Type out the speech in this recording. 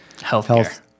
Health